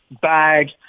bag